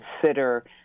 consider